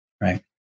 Right